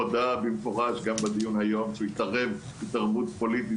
הוא הודה במפורש גם בדיון היום שהוא התערב התערבות פוליטית